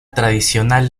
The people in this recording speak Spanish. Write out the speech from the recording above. tradicional